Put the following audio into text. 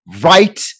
right